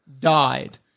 died